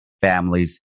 families